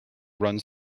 runs